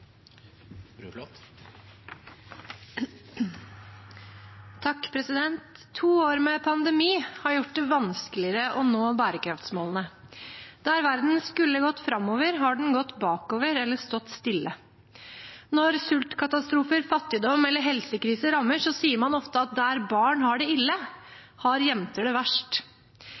To år med pandemi har gjort det vanskeligere å nå bærekraftsmålene. Der verden skulle gått framover, har den gått bakover eller stått stille. Når sultkatastrofer, fattigdom eller helsekrise rammer, sier man ofte at der barn har det ille, har jenter det er verst.